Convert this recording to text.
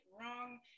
wrong